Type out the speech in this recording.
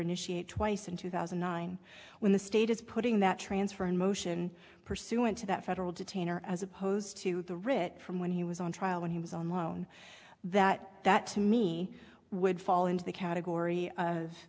initiate twice in two thousand and nine when the state is putting that transfer in motion pursuant to that federal detainer as opposed to the writ from when he was on trial when he was on loan that that to me would fall into the category of